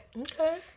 Okay